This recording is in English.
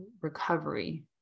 recovery